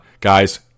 guys